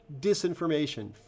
disinformation